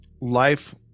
life